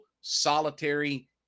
solitary